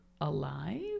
alive